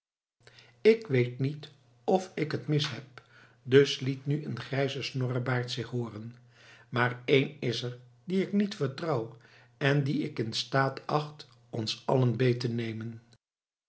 ik weet niet of ik het mis heb dus liet nu een grijze snorrebaard zich hooren maar één is er dien ik niet vertrouw en dien ik in staat acht ons allen beet te nemen